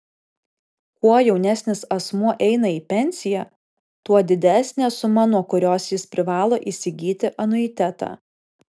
kuo jaunesnis asmuo eina į pensiją tuo didesnė suma nuo kurios jis privalo įsigyti anuitetą